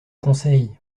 conseils